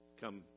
Come